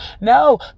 No